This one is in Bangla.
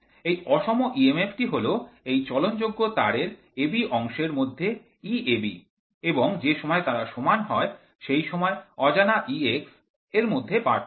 এই অসম emf টি হল এই চলন যোগ্য তার এর ab অংশের মধ্যে Eab এবং যে সময় তারা সমান হয় সেই সময় অজানা Ex এর মধ্যে পার্থক্য